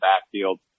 backfield